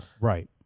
Right